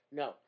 no